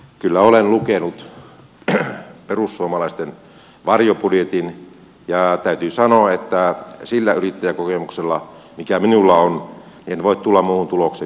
kyllä olen lukenut perussuomalaisten varjobudjetin ja täytyy sanoa että sillä yrittäjäkokemuksella mikä minulla ei voi tulla mun tuloksen